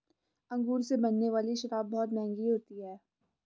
अंगूर से बनने वाली शराब बहुत मँहगी होती है